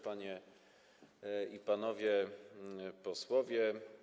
Panie i Panowie Posłowie!